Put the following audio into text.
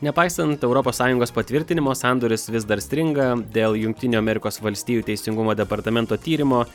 nepaisant europos sąjungos patvirtinimo sandoris vis dar stringa dėl jungtinių amerikos valstijų teisingumo departamento tyrimo